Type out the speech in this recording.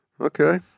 Okay